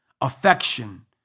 affection